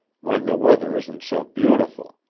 when the weather isn't so beautiful.